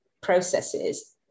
processes